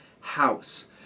house